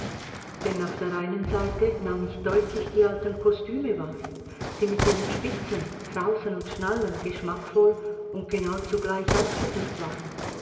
denn auf der einen seite nahm ich deutlich die alten kostüme wahr die mit ihren spitzen krausen und schnallen geschmackvoll und genau zugleich ausgeführt waren